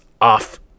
off